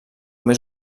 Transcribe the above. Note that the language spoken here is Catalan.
més